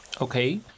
okay